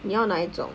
你要哪一种